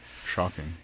Shocking